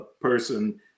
person